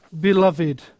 beloved